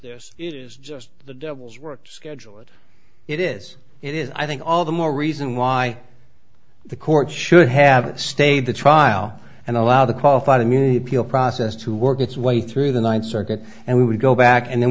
it is just the devil's work schedule that it is it is i think all the more reason why the court should have stayed the trial and allowed the qualified immunity deal process to work its way through the ninth circuit and we would go back and then